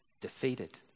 defeated